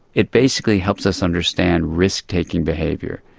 it basically helps us understand risk-taking behaviour.